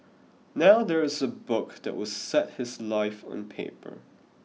now there is a book that will set his life on paper